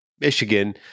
Michigan